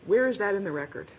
where is that in the record